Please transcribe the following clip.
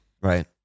right